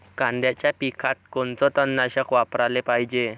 कांद्याच्या पिकात कोनचं तननाशक वापराले पायजे?